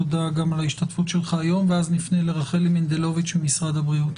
תודה גם על ההשתתפות שלך היום ואז נפנה לרחלי מנדלוביץ' ממשרד הבריאות.